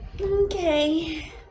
Okay